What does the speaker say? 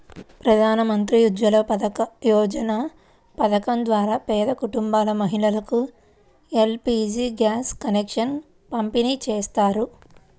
ప్రధాన్ మంత్రి ఉజ్వల యోజన పథకం ద్వారా పేద కుటుంబాల మహిళలకు ఎల్.పీ.జీ గ్యాస్ కనెక్షన్లను పంపిణీ చేస్తారు